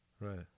right